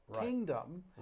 kingdom